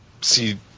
see